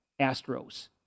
Astros